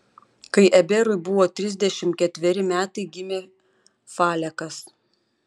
kai eberui buvo trisdešimt ketveri metai gimė falekas